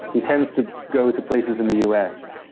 he tends to go to places in the us,